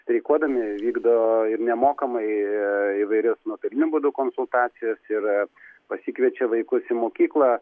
streikuodami vykdo ir nemokamai įvairius nuotoliniu būdu konsultacijas ir pasikviečia vaikus į mokyklą